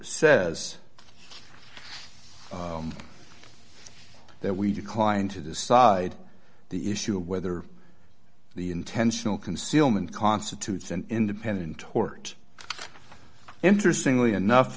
says that we declined to decide the issue of whether the intentional concealment constitutes an independent tort interestingly enough